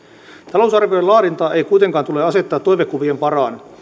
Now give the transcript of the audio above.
talousarvion laadintaa ei kuitenkaan tule asettaa toivekuvien varaan